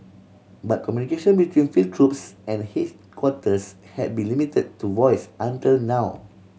but communication between field troops and quarters have been limited to voice until now